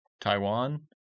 Taiwan